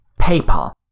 PayPal